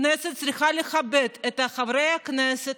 הכנסת צריכה לכבד את חברי הכנסת,